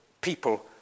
people